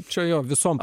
čia jo visom